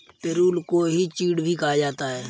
पिरुल को ही चीड़ भी कहा जाता है